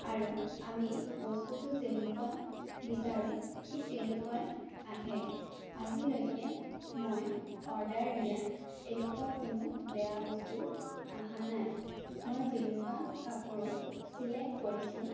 আৰু আমি বস্তুটো যেনেকুৱা বিচাৰোঁ ঠিক তেনেকুৱাই আহে আজিলৈকে মই অৰ্ডাৰ দিয়া এনেকুৱা কোনো বেয়া বস্তু অহা নাই মই যেনেকুৱা কাপোৰ চিলেক্ট কৰিছোঁ